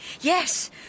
Yes